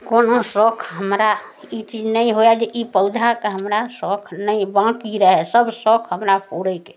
कोनो शौख हमरा ई चीज नहि होए जे ई पौधाके हमरा शौख नहि बाँकी रहै सभ शौख हमरा पुरैकऽ अइछ